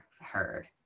heard